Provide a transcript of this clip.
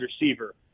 receiver